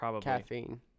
caffeine